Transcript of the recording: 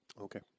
Okay